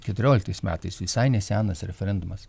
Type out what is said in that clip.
keturioliktais metais visai nesenas referendumas